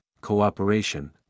cooperation